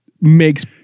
makes